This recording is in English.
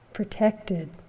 protected